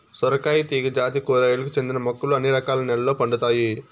సొరకాయ తీగ జాతి కూరగాయలకు చెందిన మొక్కలు అన్ని రకాల నెలల్లో పండుతాయి